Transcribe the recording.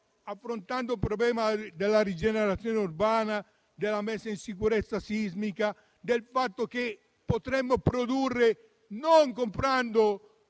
affrontando il problema della rigenerazione urbana e della messa in sicurezza sismica o il fatto che potremmo produrre non comprando